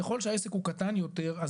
ככל שהעסק הוא קטן יותר,